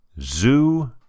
Zoo